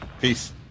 Peace